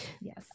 yes